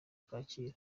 kacyiru